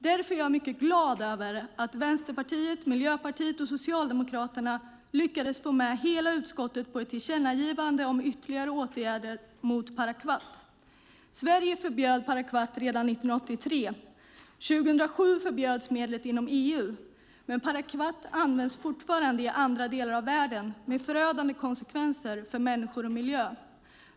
Därför är jag mycket glad över att Vänsterpartiet, Miljöpartiet och Socialdemokraterna lyckades få med hela utskottet på ett tillkännagivande om ytterligare åtgärder mot parakvat. Sverige förbjöd parakvat redan 1983. År 2007 förbjöds medlet inom EU. Men parakvat används fortfarande i andra delar av världen med förödande konsekvenser för människor och miljö.